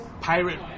pirate